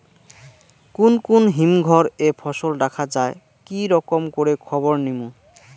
কুন কুন হিমঘর এ ফসল রাখা যায় কি রকম করে খবর নিমু?